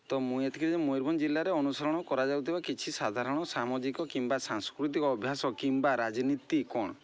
ତ ମୁଁ ଏତିକି ଯେ ମୟୂରଭଞ୍ଜ ଜିଲ୍ଲାରେ ଅନୁସରଣ କରାଯାଉଥିବା କିଛି ସାଧାରଣ ସାମାଜିକ କିମ୍ବା ସାଂସ୍କୃତିକ ଅଭ୍ୟାସ କିମ୍ବା ରାଜନୀତି କ'ଣ